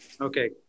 Okay